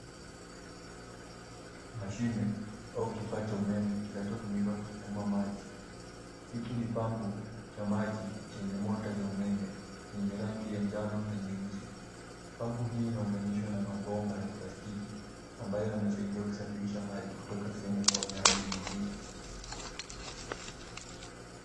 Mashine au kifaa cha umeme kinachotumika kusukuma maji. Hiki ni pampu cha maji chenye motor cha umeme, yenye rangi ya njano na nyeusi. Pampu hii inaunganishwa na mabomba ya plastiki ambayo yanasaidia kusafirisha maji kutoka sehemu moja hadi nyingine.